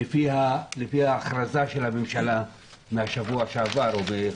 לפי ההכרזה של הממשלה מן השבוע שעבר או מלפני